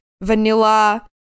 vanilla